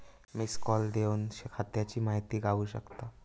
missed call देवन खात्याची माहिती गावू शकता